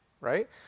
right